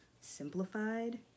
simplified